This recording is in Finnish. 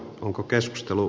onko keskustelu